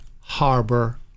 harbor